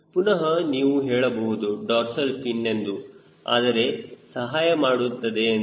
ಪುನಹ ನೀವು ಹೇಳಬಹುದು ಡಾರ್ಸಲ್ ಫಿನ್ ಎಂದು ಅದು ಸಹಾಯಮಾಡುತ್ತದೆ ಎಂದು